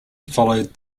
followed